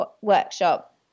workshop